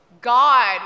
God